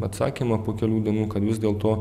atsakymą po kelių dienų kad vis dėlto